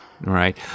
Right